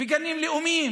גנים לאומיים